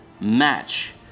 match